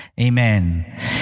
Amen